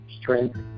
strength